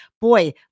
boy